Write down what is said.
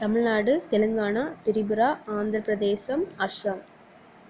தமிழ்நாடு தெலுங்கானா திரிபுரா ஆந்திரப்பிரதேசம் அஸாம்